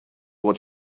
what